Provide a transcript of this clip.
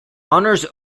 honors